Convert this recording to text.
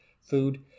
food